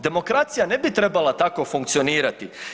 Demokracija ne bi trebala tako funkcionirati.